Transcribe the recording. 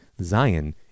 Zion